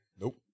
Nope